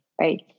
right